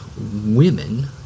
women